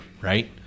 right